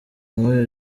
nk’uyu